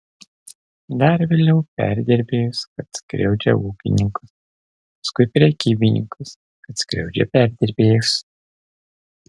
dar vėliau perdirbėjus kad skriaudžia ūkininkus paskui prekybininkus kad skriaudžia perdirbėjus